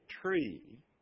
tree